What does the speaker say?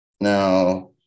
Now